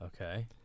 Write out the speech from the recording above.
Okay